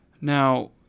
Now